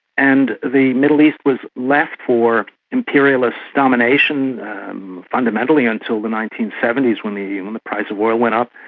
and the middle east was left for imperialist domination fundamentally until the nineteen seventy s when the and when the price of oil went up.